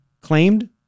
claimed